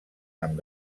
amb